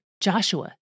Joshua